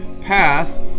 path